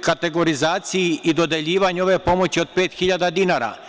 kategorizaciji i dodeljivanju ove pomoći od pet hiljada dinara.